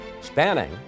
spanning